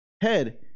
head